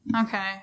Okay